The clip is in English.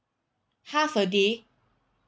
half a day